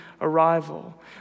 arrival